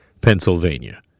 Pennsylvania